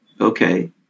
Okay